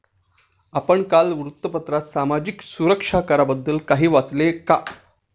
आपण काल वृत्तपत्रात सामाजिक सुरक्षा कराबद्दल काही वाचले का?